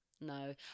No